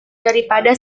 daripada